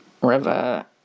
river